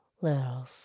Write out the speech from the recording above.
little